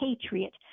patriot